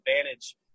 advantage